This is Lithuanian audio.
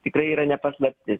tikrai yra ne paslaptis